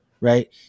right